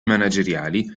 manageriali